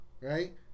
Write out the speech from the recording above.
right